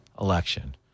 election